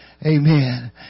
Amen